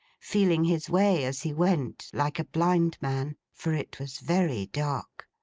feeling his way as he went, like a blind man for it was very dark.